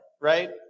right